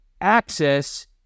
access